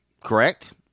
Correct